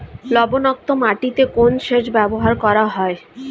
লবণাক্ত মাটিতে কোন সেচ ব্যবহার করা হয়?